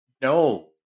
no